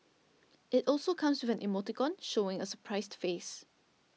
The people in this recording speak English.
it also comes with an emoticon showing a surprised face